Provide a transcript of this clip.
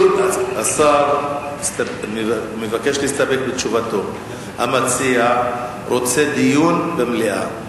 השר מבקש להסתפק בתשובתו, המציע רוצה דיון במליאה.